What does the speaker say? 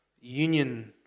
union